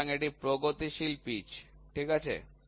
সুতরাং এটি প্রগতিশীল পিচ ঠিক আছে